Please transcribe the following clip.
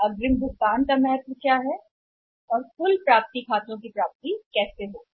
क्या है अग्रिम भुगतान का महत्व और कुल खातों की प्राप्ति कैसे होती है